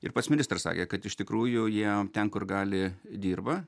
ir pats ministras sakė kad iš tikrųjų jie ten kur gali dirba